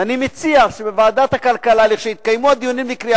ואני מציע שכשיתקיימו הדיונים לקראת